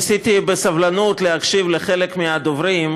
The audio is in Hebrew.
ניסיתי להקשיב בסבלנות לחלק מהדוברים,